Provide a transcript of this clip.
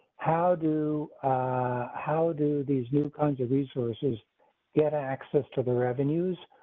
how do how do these new kinds of resources get access to the revenues?